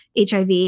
HIV